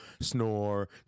snore